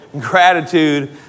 Gratitude